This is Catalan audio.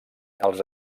els